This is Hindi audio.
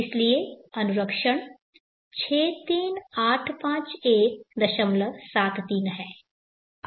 इसलिए अनुरक्षण 6385173 है